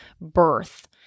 birth